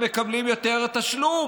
הם מקבלים יותר תשלום,